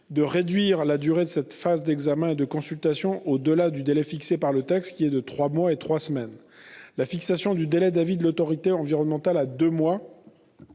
de réduire la durée de cette phase d'examen et de consultation au-delà du délai fixé par le texte, qui est de trois mois et trois semaines. La fixation à deux mois du délai d'avis de l'autorité environnementale est